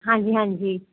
ਹਾਂਜੀ ਹਾਂਜੀ